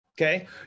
okay